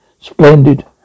Splendid